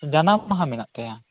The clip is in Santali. ᱡᱟᱱᱟᱢ ᱢᱟᱦᱟ ᱢᱮᱱᱟᱜ ᱛᱟᱭᱟ